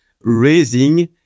raising